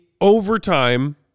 overtime